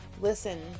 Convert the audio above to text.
Listen